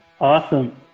Awesome